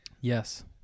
yes